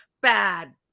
bad